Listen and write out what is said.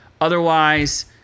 Otherwise